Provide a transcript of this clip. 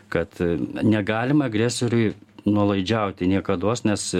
kad negalima agresoriui nuolaidžiauti niekados nes